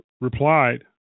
replied